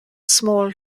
small